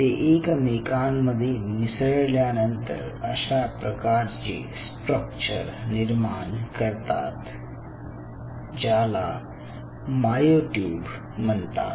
ते एकमेकांमध्ये मिसळल्यानंतर अशा प्रकारचे स्ट्रक्चर निर्माण करतात ज्याला मायोट्युब म्हणतात